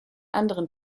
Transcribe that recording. anderen